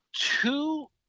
two